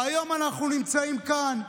והיום אנחנו נמצאים כאן,